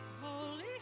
Holy